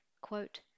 quote